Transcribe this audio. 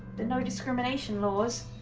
nondiscrimination laws